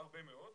הרבה מאוד,